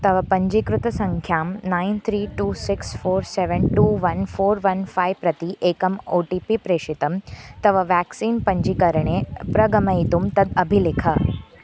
तव पञ्जीकृतसङ्ख्यां nine three two six four seven two one four one five प्रति एकम् ओ टि पि प्रेषितं तव व्याक्सीन् पञ्जीकरणे प्रगमयितुं तत् अभिलिख